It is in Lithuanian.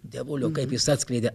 dievuliau kaip jis atskleidė